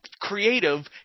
creative